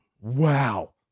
wow